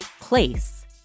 place